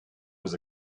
was